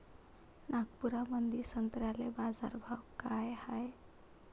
नागपुरामंदी संत्र्याले बाजारभाव काय हाय?